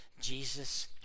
Jesus